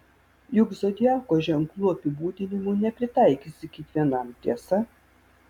juk zodiako ženklų apibūdinimų nepritaikysi kiekvienam tiesa